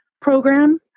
program